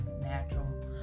natural